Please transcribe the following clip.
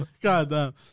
Goddamn